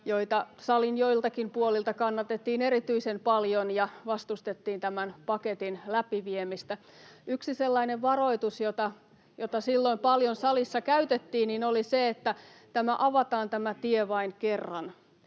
joita salin joiltakin puolilta kannatettiin erityisen paljon, kun vastustettiin tämän paketin läpiviemistä. Yksi sellainen varoitus, jota silloin paljon salissa käytettiin, oli se, että avataan tämä tie vain kerran,